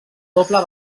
doble